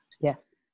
Yes